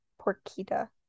Porkita